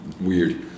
weird